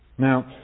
Now